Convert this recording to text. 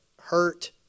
hurt